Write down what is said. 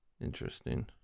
Interesting